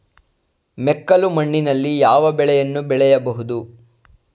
ಮೆಕ್ಕಲು ಮಣ್ಣಿನಲ್ಲಿ ಯಾವ ಬೆಳೆಯನ್ನು ಬೆಳೆಯಬಹುದು?